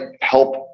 help